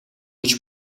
гэж